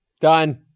Done